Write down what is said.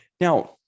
Now